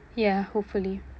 ya hopefully